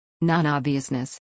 Non-obviousness